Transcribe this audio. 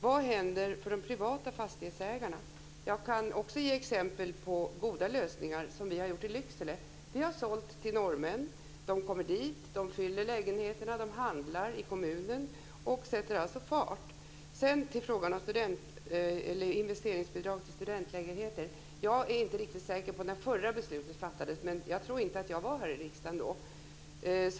Vad händer för de privata fastighetsägarna? Jag kan också ge exempel från Lycksele på goda lösningar. Vi har sålt till norrmän. De kommer dit, de fyller lägenheterna, de handlar i kommunen, och de sätter alltså fart. När det gäller investeringsbidrag till studentlägenheter så är jag inte riktigt säker på när det förra beslutet fattades. Men jag tror inte att jag var här i riksdagen då.